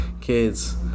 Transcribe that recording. kids